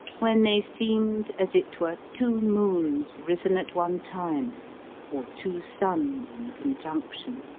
when they seemed as it were two moons risen at one time or two suns in conjunction.